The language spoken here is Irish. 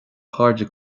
chairde